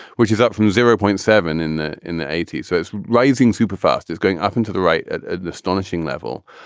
which is up from zero point seven in the in the eighty s. so it's rising super fast, is going up into the right and astonishing level.